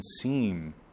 seem